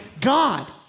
God